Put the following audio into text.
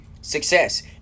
success